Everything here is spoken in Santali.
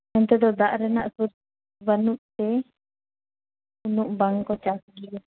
ᱱᱚᱛᱮ ᱫᱚ ᱫᱟᱜ ᱨᱮᱱᱟᱜ ᱥᱳᱨᱥ ᱵᱟᱹᱱᱩᱜ ᱛᱮ ᱩᱱᱟᱹᱜ ᱵᱟᱝᱠᱚ ᱪᱟᱥ ᱜᱮᱭᱟ